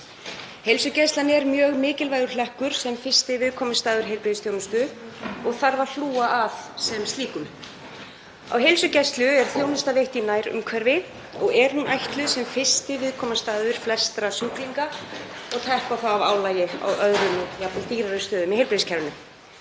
Heilsugæslan er mjög mikilvægur hlekkur sem fyrsti viðkomustaður heilbrigðisþjónustu og þarf að hlúa að sem slíkum. Á heilsugæslu er þjónusta veitt í nærumhverfi og er hún ætluð sem fyrsti viðkomustaður flestra sjúklinga og tappa þá af álagi á öðrum og jafnvel dýrari stöðum í heilbrigðiskerfinu.